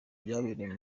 byabereye